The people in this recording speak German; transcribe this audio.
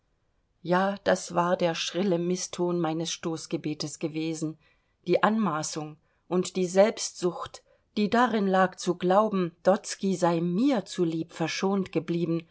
ja das war der schrille mißton meines stoßgebetes gewesen die anmaßung und die selbstsucht die darin lag zu glauben dotzky sei mir zu lieb verschont geblieben